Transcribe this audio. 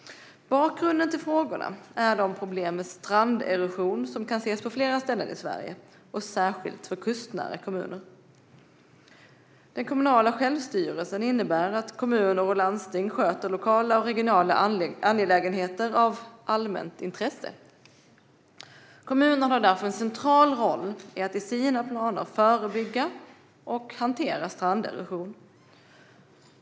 Bakgrunden till frågorna är de problem med stranderosion som kan ses på flera ställen i Sverige och särskilt för kustnära kommuner. Den kommunala självstyrelsen innebär att kommuner och landsting sköter lokala och regionala angelägenheter av allmänt intresse. Kommunerna har därför en central roll att i sina planer förebygga och hantera stranderosion.